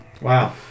Wow